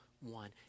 one